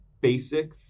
basic